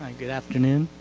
and good afternoon.